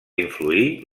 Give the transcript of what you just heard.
influir